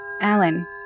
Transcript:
Alan